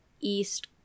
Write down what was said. East